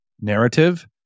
narrative